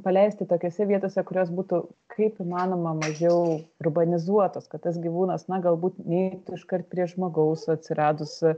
paleisti tokiose vietose kurios būtų kaip įmanoma mažiau urbanizuotos kad tas gyvūnas na galbūt neis iškart prie žmogaus atsiradus